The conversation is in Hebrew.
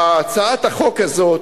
הצעת החוק הזאת,